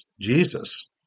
Jesus